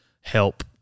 help